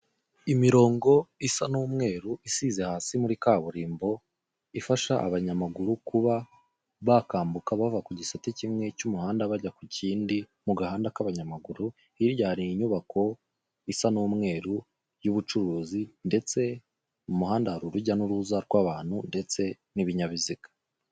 Imirongo isa n'umweru, isize hasi muri kaburimbo, ifasha abanyamaguru kuba bakwambuka bava ku gisate kimwe cy'umuhanda bajya ku kindi, mu gahanda k'abanyamaguru, hirya hari inyubako isa n'umweru y'ubucuruzi ndetse mu muhanda hari urujya n'uruza rw'abantu ndetse n'ibinyabiziga.